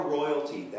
royalty